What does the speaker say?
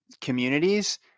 communities